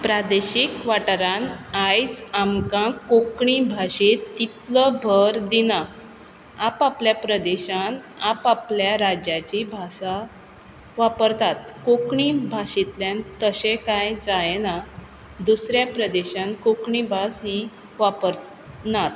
प्रादेशीक वाठारांत आयज आमकां कोंकणी भाशेक तितलो भर दिना आप आपल्या प्रदेशांत आप आपल्या राज्याची भासा वापरतात कोंकणी भाशेंतल्यान तशें कांय जायना दुसऱ्या प्रदेशांत कोंकणी भास ही वापरनात